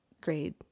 grade